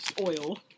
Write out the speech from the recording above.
oil